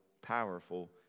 powerful